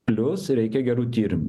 plius reikia gerų tyrimų